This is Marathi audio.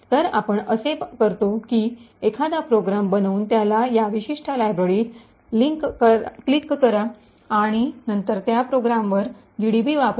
तर आपण असे करतो की एखादा प्रोग्राम बनवून त्याला या विशिष्ट लायब्ररीत लिंक करा आणि नंतर त्या प्रोग्रामवर जीडीबी वापरा